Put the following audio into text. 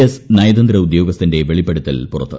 S നയതന്ത്ര ഉദ്യോഗസ്ഥന്റെ വെളിപ്പെടുത്തൽ പുറത്ത്